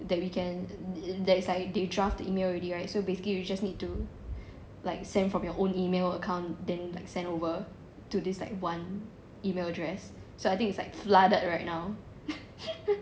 that we can that it's like they draft email already right so basically we just need to like send from you own email account then like send over to this like one email address so I think it's like flooded right now